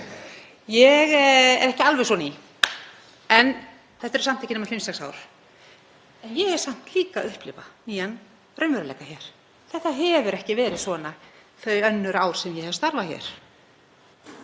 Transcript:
Ég er ekki svo ný, þetta eru samt ekki nema fimm, sex ár, en ég er samt líka að upplifa nýjan raunveruleika hér. Þetta hefur ekki verið svona þau önnur ár sem ég hef starfað hérna,